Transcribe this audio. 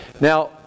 Now